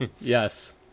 Yes